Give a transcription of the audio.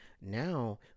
now